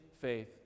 faith